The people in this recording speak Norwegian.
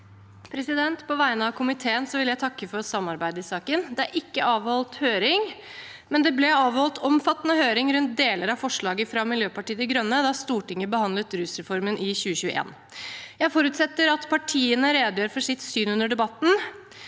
for saken): På vegne av komiteen vil jeg takke for samarbeidet i saken. Det er ikke avholdt høring, men det ble avholdt omfattende høring rundt deler av forslaget fra Miljøpartiet De Grønne da Stortinget behandlet rusreformen i 2021. Jeg forutsetter at partiene redegjør for sitt syn under debatten.